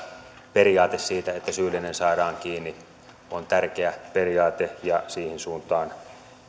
periaate siitä että syyllinen saadaan kiinni on tärkeä periaate ja siihen suuntaan